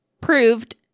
proved